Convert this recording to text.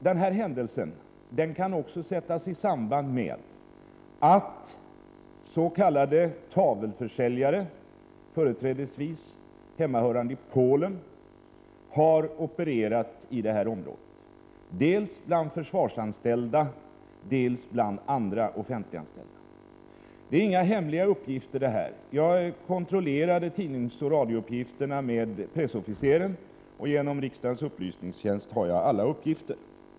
Den händelsen kan sättas i samband med att s.k. tavelförsäljare, företrädesvis hemmahörande i Polen, har opererat i området, dels bland försvarsanställda, dels bland andra offentliganställda. Det här är inga hemliga uppgifter. Jag har kontrollerat tidningsoch radiouppgifterna med pressofficeren, och genom riksdagens upplysningstjänst har jag alla uppgifter.